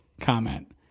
comment